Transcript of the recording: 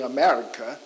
America